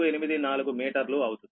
484 మీటర్లు అవుతుంది